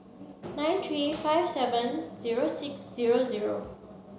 nine three five seven zero six zero zero